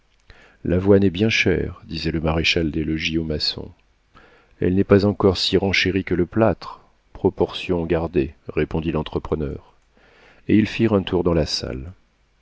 l'avoine est bien chère disait le maréchal-des-logis au maçon elle n'est pas encore si renchérie que le plâtre proportion gardée répondit l'entrepreneur et ils firent un tour dans la salle